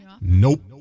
Nope